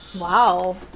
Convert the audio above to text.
wow